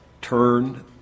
turn